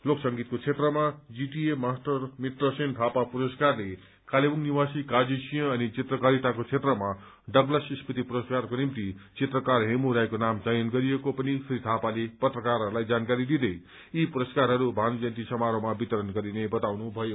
locus संगीतको क्षेत्रमा GTA master Mitrasen Thapa पुरस्कारले कालेबुङ निवासी काजी सिंह अनि चित्रकारिताको क्षेत्रमा डगलस स्मृति पुरस्कारको निम्ति चित्रकार हेमु राईको नाम चयन गरिएको श्री थापाले पत्रकारहरूलाई जानकारी दिँदै यी पुरस्कारहरू भानु जयन्ती समारोहमा वितरण गरिने बताउनु भयो